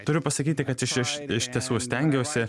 turiu pasakyti kad aš iš tiesų stengiuosi